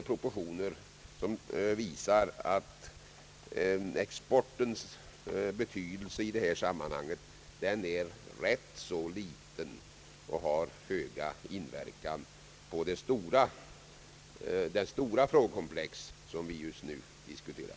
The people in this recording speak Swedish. Detta visar att exporten i detta sammanhang betyder rätt så litet och har föga inverkan på det stora frågekomplex vi just nu diskuterar.